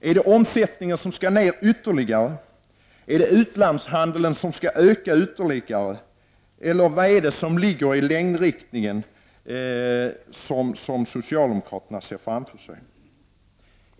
Är det omsättningen som skall ner ytterligare, är det utlandshandeln som skall öka ytterligare eller vad är det som socialdemokraterna ser framför sig?